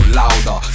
louder